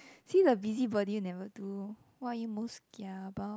see the busybody never do loh what are you most kia about